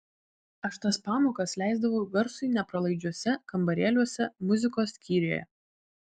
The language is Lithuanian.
aš tas pamokas leisdavau garsui nepralaidžiuose kambarėliuose muzikos skyriuje